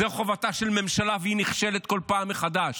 זו חובתה של הממשלה, והיא נכשלת כל פעם מחדש,